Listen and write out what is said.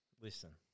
listen